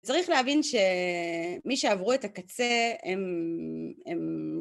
צריך להבין שמי שעברו את הקצה הם...הם..